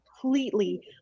completely